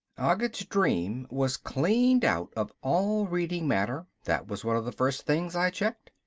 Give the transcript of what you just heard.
ogget's dream was cleaned out of all reading matter, that was one of the first things i checked.